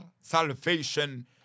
Salvation